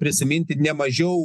prisiminti nemažiau